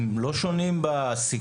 הם לא שונים בסיכון.